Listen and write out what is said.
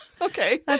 Okay